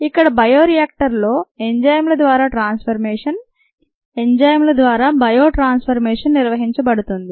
ఇక్కడ బయోరియాక్టర్ లో ఎంజైమ్ల ద్వారా ట్రాన్స్ఫర్మేషన్ ఎంజైమ్ల ద్వారా బయో ట్రాన్స్ఫర్మేషన్ నిర్వహించబడుతోంది